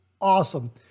awesome